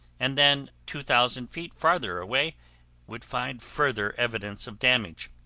and then two thousand feet farther away would find further evidence of damage.